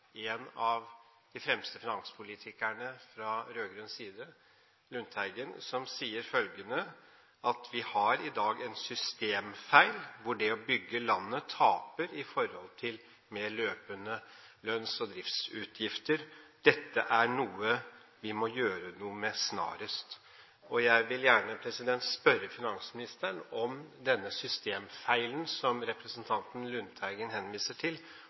en av de fremste finanspolitikerne fra rød-grønn side, Lundteigen, som sier at vi i dag har en systemfeil, hvor det å bygge landet taper sammenliknet med mer løpende lønns- og driftsutgifter. Dette er noe vi må gjøre noe med snarest. Jeg vil gjerne spørre finansministeren om denne systemfeilen som representanten Lundteigen henviser til,